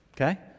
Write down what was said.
okay